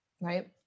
right